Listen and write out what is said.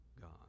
God